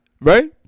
Right